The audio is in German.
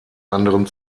anderen